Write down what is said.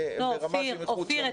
ברמה שהיא מחוץ למשרד --- אופיר,